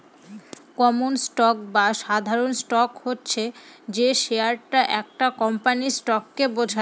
common stock বা সাধারণ stock হচ্ছে যে শেয়ারটা একটা কোম্পানির স্টককে বোঝায়